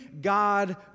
God